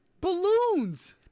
Balloons